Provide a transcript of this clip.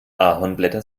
ahornblätter